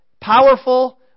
powerful